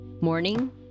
morning